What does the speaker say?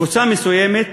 קבוצה מסוימת